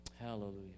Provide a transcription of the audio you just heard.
Hallelujah